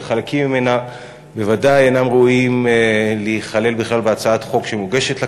אבל חלקים ממנה בוודאי אינם ראויים להיכלל בכלל בהצעת חוק שמוגשת לכנסת,